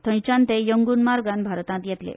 थंयच्यान ते यंगूनमार्गान भारतांत येतले